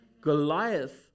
Goliath